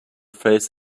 face